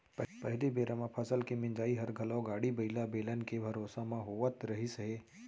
पहिली बेरा म फसल के मिंसाई हर घलौ गाड़ी बइला, बेलन के भरोसा म होवत रहिस हे